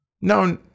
no